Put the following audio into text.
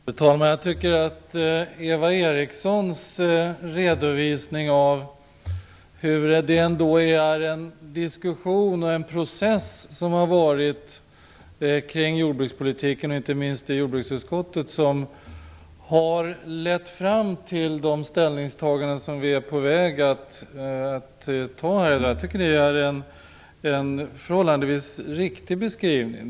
Fru talman! Eva Eriksson redovisade den diskussion och process kring jordbrukspolitiken som ägt rum, inte minst i jordbruksutskottet, och som har lett fram till de ställningstaganden som vi är på väg att göra här i dag. Jag tycker att det är en förhållandevis riktig beskrivning.